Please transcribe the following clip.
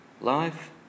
Life